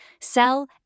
sell